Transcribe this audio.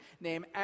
named